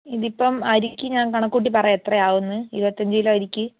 ഇതിപ്പം അരിക്കൊക്കെ ഞാൻ കണക്ക് കൂട്ടി പറയാം എത്രയാവന്ന് ഇരുപത്തി അഞ്ച് കിലോ ആ അരിക്കൊക്കെ